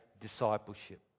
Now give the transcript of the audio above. discipleship